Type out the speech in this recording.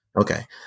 Okay